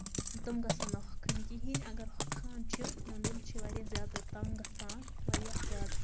تِم گژھن نہٕ ہوٚکھٕنۍ کِہینۍ اَگر ہوٚکھان چھِ میون دِل چھُ واریاہ زیادٕ تَنگ گژھان واریاہ زیادٕ